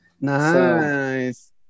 nice